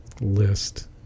list